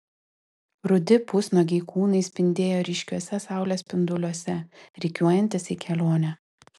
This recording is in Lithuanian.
rudi pusnuogiai kūnai spindėjo ryškiuose saulės spinduliuose rikiuojantis į kelionę